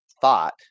thought